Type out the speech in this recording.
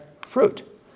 fruit